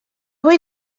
vull